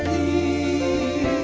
a